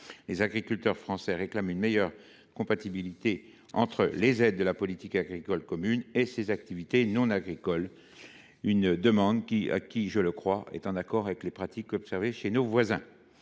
Les agriculteurs français réclament une meilleure compatibilité entre les aides de la PAC et ces activités non agricoles. Cette demande est, je crois, en accord avec les pratiques observées chez nos voisins.